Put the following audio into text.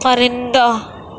پرندہ